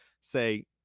say